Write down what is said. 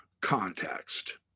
context